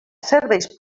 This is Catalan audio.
serveis